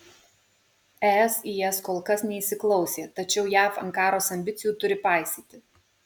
es į jas kol kas neįsiklausė tačiau jav ankaros ambicijų turi paisyti